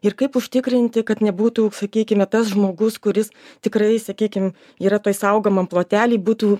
ir kaip užtikrinti kad nebūtų sakykim tas žmogus kuris tikrai sakykim yra toj saugomam plotelį būtų